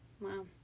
Wow